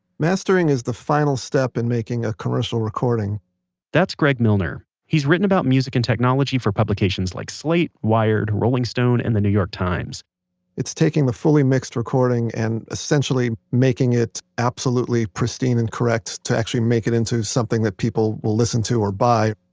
mastering is the final step in making a commercial recording that's greg milner. he's written about music and technology for publications like slate, wired, rolling stone and the new york times it's taking the fully mixed recording and essentially making it absolutely pristine and correct to actually make it into something that people will listen to or buy.